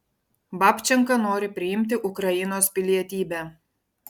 babčenka nori priimti ukrainos pilietybę